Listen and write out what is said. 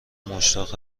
مشتاق